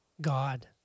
God